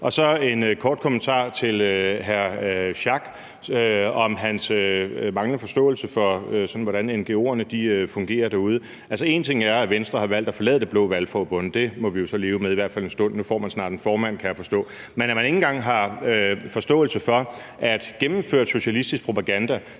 jeg en kort kommentar til hr. Torsten Schack Pedersen om hans manglende forståelse for, hvordan ngo'erne fungerer derude. Altså, én ting er, at Venstre har valgt at forlade det blå valgforbund. Det må vi jo så leve med, i hvert fald for en stund. Nu får man snart en formand, kan jeg forstå. Men at man ikke engang har forståelse for, at gennemført socialistisk propaganda,